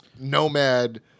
nomad